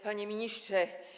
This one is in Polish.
Panie Ministrze!